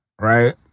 right